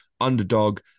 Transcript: underdog